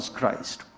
Christ